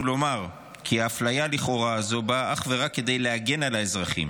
לומר כי האפליה לכאורה הזו באה אך ורק כדי להגן על האזרחים,